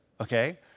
Okay